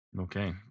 Okay